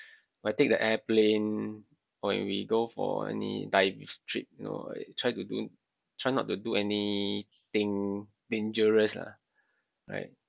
when I take the airplane or when we go for any dives trip you know I try to do try not to do anything dangerous lah right